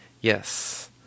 yes